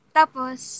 tapos